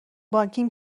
بانکیم